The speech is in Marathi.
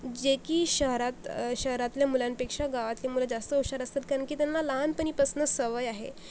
जे की शहरात शहरातल्या मुलांपेक्षा गावातली मुलं जास्त हुशार असतात कारण की त्यांना लहानपणीपासनं सवय आहे